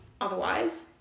otherwise